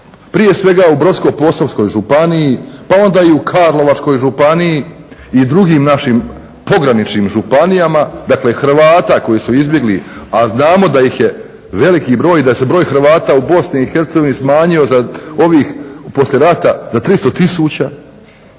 prije svega u Brodsko-posavskoj županiji, pa onda i u Karlovačkoj županiji i drugim našim pograničnim županijama, dakle Hrvata koji su izbjegli a znamo da ih je veliki broj i da se broj Hrvata u Bosni i Hercegovini smanjio za ovih poslije rata za 300000.